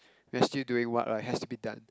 we're still doing what has to be done